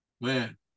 man